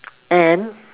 and